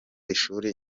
ishuri